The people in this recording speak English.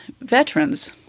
veterans